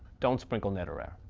don't sprinkle that around.